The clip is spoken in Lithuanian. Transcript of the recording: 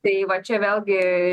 tai va čia vėlgi